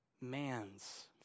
man's